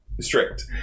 strict